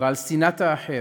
ועל שנאת האחר,